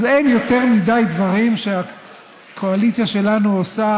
אז אין יותר מדי דברים שהקואליציה שלנו עושה